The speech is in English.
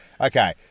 okay